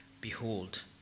Behold